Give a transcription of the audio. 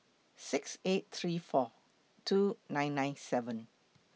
six eight three four two nine nine seven